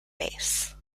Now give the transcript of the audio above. base